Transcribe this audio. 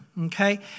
Okay